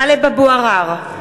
טלב אבו עראר,